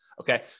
Okay